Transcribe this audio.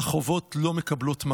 החובות לא מקבלות מענה.